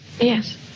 Yes